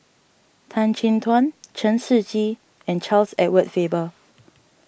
Tan Chin Tuan Chen Shiji and Charles Edward Faber